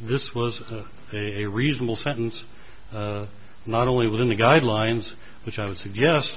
this was a reasonable sentence not only within the guidelines which i would suggest